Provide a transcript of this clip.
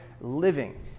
living